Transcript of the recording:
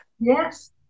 Yes